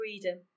freedom